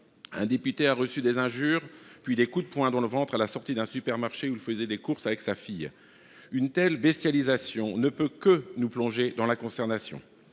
un député a reçu des injures puis des coups de poing dans le ventre à la sortie d’un supermarché où il faisait des courses avec sa fille. Une telle bestialisation ne peut que nous plonger dans la consternation.